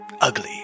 ugly